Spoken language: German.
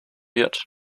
wird